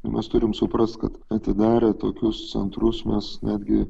ir mes turim suprast kad atidarę tokius centrus mes netgi